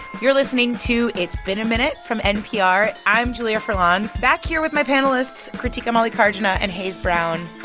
you're listening to it's been a minute from npr. i'm julia furlan, back here with my panelists krutika mallikarjuna and hayes brown.